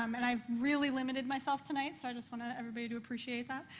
um and i've really limited myself tonight. so i just want ah everybody to appreciate that.